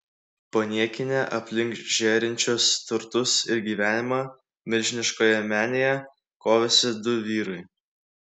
paniekinę aplink žėrinčius turtus ir gyvenimą milžiniškoje menėje kovėsi du vyrai